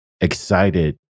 excited